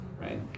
right